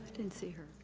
and see here.